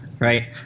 Right